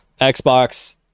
Xbox